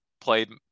played